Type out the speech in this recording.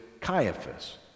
Caiaphas